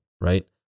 right